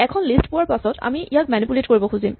এখন লিষ্ট পোৱাৰ পাছত আমি ইয়াক মেনিপুলেট কৰিব খুজিম